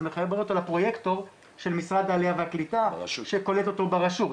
לפרויקטור של משרד העלייה והקליטה שקולט אותו ברשות.